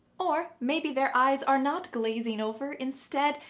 or maybe their eyes are not glazing over. instead,